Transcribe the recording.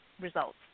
results